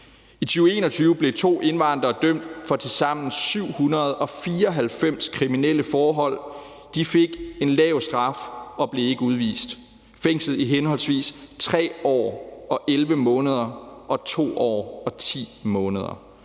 I 2021 blev to indvandrere dømt for tilsammen 794 kriminelle forhold. De fik en lav straf og blev ikke udvist. De fik fængsel i henholdsvis 3 år og 11 måneder og 2 år og 10 måneder.